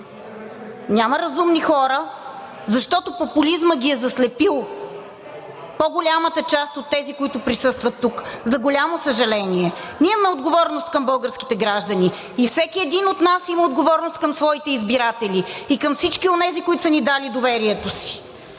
Няма разумни хора, защото популизмът е заслепил по-голямата част от тези, които присъстват тук, за голямо съжаление. Ние имаме отговорност към българските граждани и всеки един от нас има отговорност към своите избиратели и към всички онези, които са ни дали доверието си.